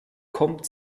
kommt